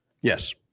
Yes